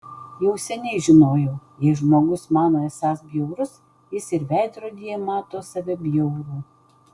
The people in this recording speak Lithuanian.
jau seniai žinojau jei žmogus mano esąs bjaurus jis ir veidrodyje mato save bjaurų